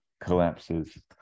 collapses